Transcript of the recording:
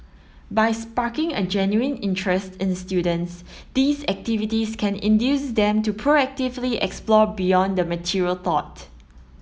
by sparking a genuine interest in students these activities can induce them to proactively explore beyond the material taught